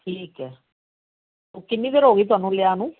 ਠੀਕ ਹੈ ਕਿੰਨੀ ਦੇਰ ਹੋ ਗਈ ਤੁਹਾਨੂੰ ਲਿਆ ਨੂੰ